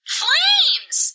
flames